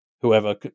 whoever